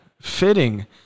fitting